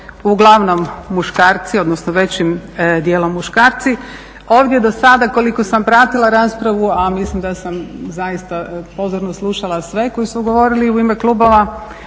uglavnom muškarci, odnosno većim dijelom muškarci. Ovdje dosada koliko sam pratila raspravu, a mislim da sam zaista pozorno slušala sve koji su govorili u ime klubova,